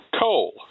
Coal